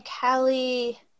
Callie